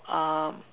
uh